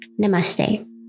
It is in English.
Namaste